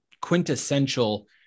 quintessential